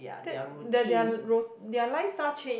that their their ro~ their lifestyle change